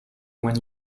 when